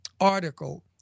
article